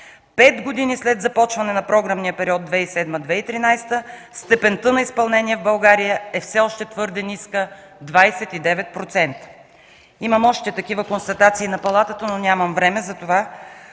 пет години след започване на програмния период 2007-2013 г. – „Степента на изпълнение в България е все още твърда ниска – 29%.” Имам още такива констатации на Палатата, но нямам време. Затова,